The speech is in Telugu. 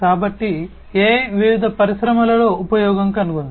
కాబట్టి AI వివిధ పరిశ్రమలలో ఉపయోగం కనుగొంది